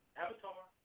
Avatar